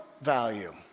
value